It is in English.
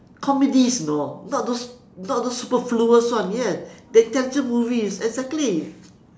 comedies you know not those not those superfluous one yes they're intelligent movies exactly